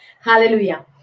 hallelujah